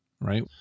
right